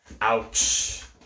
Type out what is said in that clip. Ouch